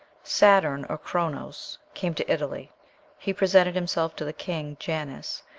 saturn, or chronos, came to italy he presented himself to the king, janus,